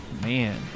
Man